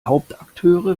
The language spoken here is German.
hauptakteure